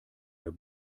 der